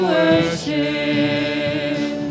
worship